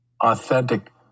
authentic